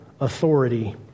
authority